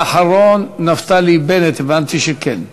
ואחרון, נפתלי בנט, הבנתי שכן.